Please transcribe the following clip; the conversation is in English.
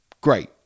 Great